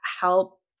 help